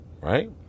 right